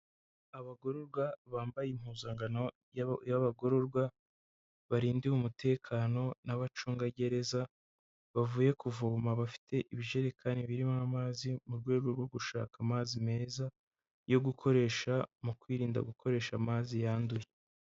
Abagororwa bambaye impuzankano y'abagororwa, barindiwe umutekano n'abacungagereza, bavuye kuvoma bafite ibijerekani birimo amazi mu rwego rwo gushaka amazi meza yo gukoresha mu kwirinda gukoresha amazi yanduye.